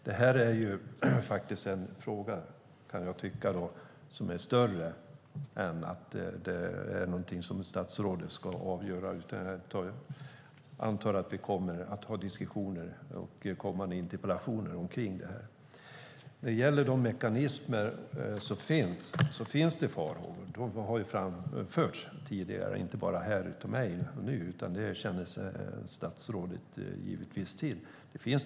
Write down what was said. Det här är en fråga, kan jag tycka, som är större än någonting som statsrådet ska avgöra. Jag antar att vi kommer att ha fler diskussioner och interpellationsdebatter i frågan. När det gäller mekanismerna finns det farhågor. De har framförts inte bara av mig här och nu utan statsrådet känner givetvis redan till dem.